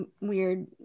weird